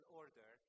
order